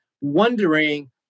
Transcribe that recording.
wondering